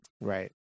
right